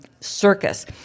circus